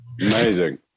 amazing